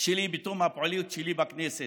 שלי הוא שבתום הפעילות שלי בכנסת